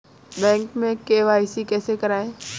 Bank में KYC कैसे करायें?